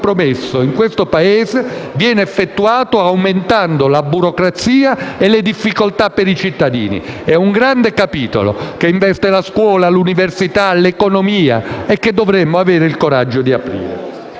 in questo Paese, viene effettuato aumentando la burocrazia e le difficoltà per i cittadini. E questo è un grande capitolo, che investe la scuola, l'università e l'economia, che dovremmo avere il coraggio di aprire.